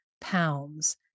pounds